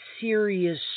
serious